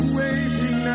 waiting